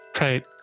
Right